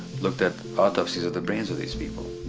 looked at autopsies of the brains of these people.